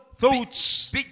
thoughts